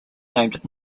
named